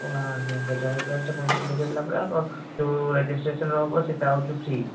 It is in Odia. ଓଃ ଆଜ୍ଞା ଆଜ୍ଞା ଜମି ପ୍ରାଇସ୍ଟା ପଇଁତିରିଶ ଲକ୍ଷ ଦେଲା ପରେ ଆଉ ଯେଉଁ ରେଜିଷ୍ଟ୍ରେସନ ହେବ ସେଇଟା ହେଉଛି ଫ୍ରୀ